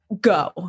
go